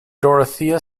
dorothea